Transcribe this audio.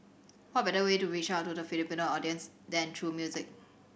what better way to reach out to the Filipino audience than true music